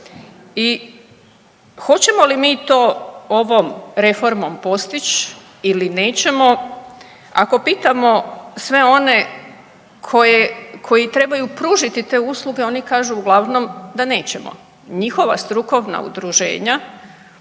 i hoćemo li mi to ovom reformom postići ili nećemo? Ako pitamo sve one koje, koji trebaju pružiti te usluge oni kažu uglavnom da nećemo. Njihova strukovna udruženja